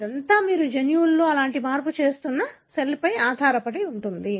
ఇదంతా మీరు జన్యువులో అలాంటి మార్పు చేస్తున్న సెల్పై ఆధారపడి ఉంటుంది